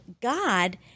God